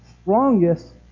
strongest